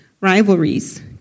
rivalries